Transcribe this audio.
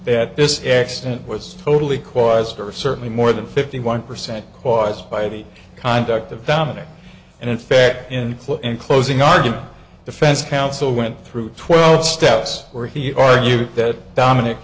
accident was totally caused or certainly more than fifty one percent caused by the conduct of dominick and in fact in in closing argument defense counsel went through twelve steps where he argued that dominic